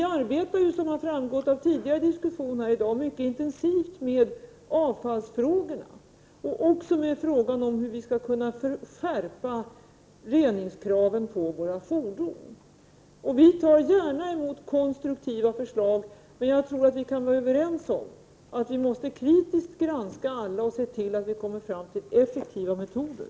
Vi arbetar, som framgått av tidigare diskussioner här i dag, mycket intensivt med avtalsfrågorna och även med hur vi skall kunna skärpa reningskraven på våra fordon. Jag tar gärna emot konstruktiva förslag, men jag tror att vi kan vara överens om att vi måste kritiskt granska alla förslag och se till att få fram effektiva metoder.